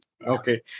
Okay